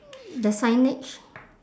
the signage